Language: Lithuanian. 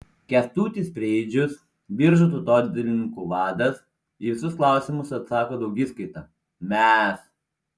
kęstutis preidžius biržų tautodailininkų vadas į visus klausimus atsako daugiskaita mes